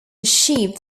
achieved